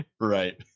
Right